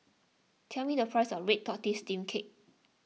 tell me the price of Red Tortoise Steamed Cake